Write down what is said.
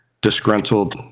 disgruntled